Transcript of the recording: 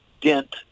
dent